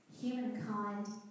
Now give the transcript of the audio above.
humankind